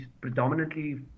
predominantly